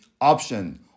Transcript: option